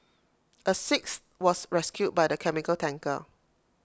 A sixth was rescued by the chemical tanker